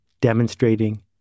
demonstrating